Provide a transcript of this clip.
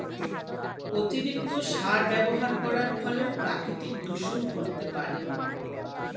অতিরিক্ত সার ব্যবহার করার ফলেও প্রাকৃতিক দূষন ঘটতে পারে